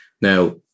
Now